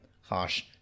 harsh